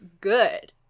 good